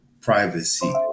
privacy